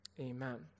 amen